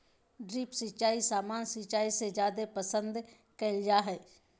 drip सिंचाई सामान्य सिंचाई से जादे पसंद कईल जा हई